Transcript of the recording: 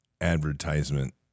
advertisement